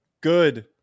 Good